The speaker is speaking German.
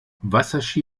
wasserski